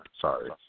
Sorry